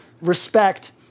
respect